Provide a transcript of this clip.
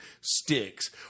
sticks